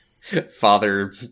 Father